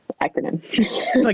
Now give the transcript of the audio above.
acronym